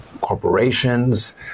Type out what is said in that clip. corporations